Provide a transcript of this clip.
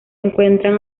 encuentran